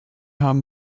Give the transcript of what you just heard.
haben